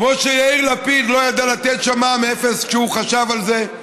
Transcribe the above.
כמו שיאיר לפיד לא ידע לתת שם מע"מ אפס כשהוא חשב על זה,